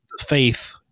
faith